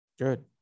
good